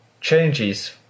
changes